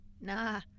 nah